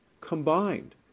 combined